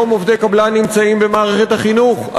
היום עובדי קבלן נמצאים במערכת החינוך,